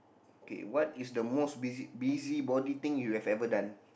K what is the most busy busybody thing you have ever done